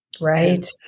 Right